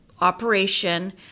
operation